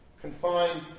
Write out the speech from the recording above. confined